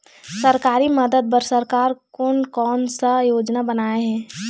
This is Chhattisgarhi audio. सरकारी मदद बर सरकार कोन कौन सा योजना बनाए हे?